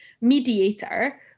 mediator